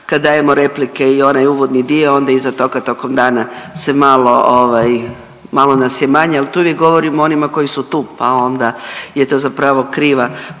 kad dajemo replike i onaj uvodni dio onda iza toga tokom dana se malo, malo nas je manje. Ali to uvijek govorim onima koji su tu, pa onda je to zapravo kriva